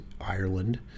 Ireland